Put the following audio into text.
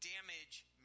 damage